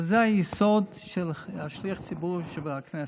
אבל זה היסוד של שליח הציבור בכנסת,